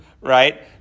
right